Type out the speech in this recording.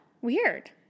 weird